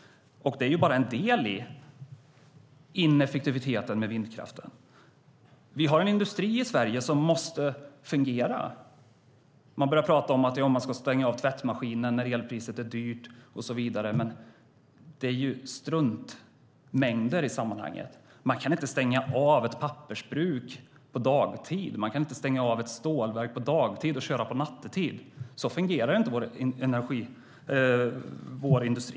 Det är bara en del i ineffektiviteten med vindkraften. Vi har en industri i Sverige som måste fungera. Vi har börjat prata om att stänga av tvättmaskinen när elpriset är dyrt och så vidare, men det är struntmängder i sammanhanget. Vi kan inte stänga av ett pappersbruk eller stålverk dagtid och köra nattetid. Så fungerar inte vår industri.